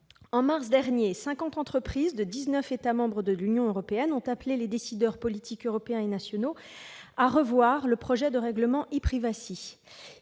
en mars dernier, cinquante entreprises de dix-neuf États membres de l'Union européenne ont appelé les décideurs politiques européens et nationaux à revoir le projet de règlement « e-Privacy